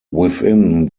within